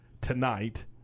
tonight